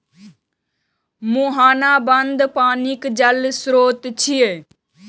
मुहाना बंद पानिक जल स्रोत छियै